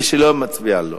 ומי שלא, מצביע נגד.